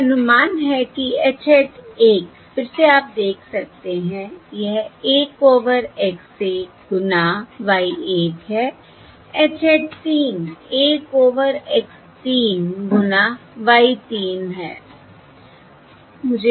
इसलिए अनुमान है कि H हैट 1 फिर से आप देख सकते हैं यह 1 ओवर X 1 गुना Y 1 है H हैट 3 1 ओवर X 3 गुना Y 3 है